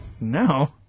No